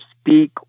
speak